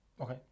Okay